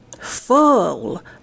full